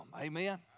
Amen